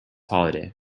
holiday